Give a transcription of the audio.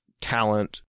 talent